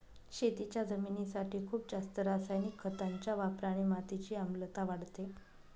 शेतीच्या जमिनीसाठी खूप जास्त रासायनिक खतांच्या वापराने मातीची आम्लता वाढते